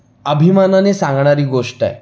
अभिमानाने सांगणारी गोष्ट आहे